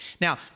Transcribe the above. Now